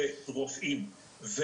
רופאים,